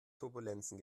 turbulenzen